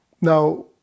Now